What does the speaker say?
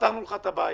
פתרנו לך את הבעיה.